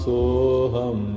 Soham